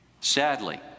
Sadly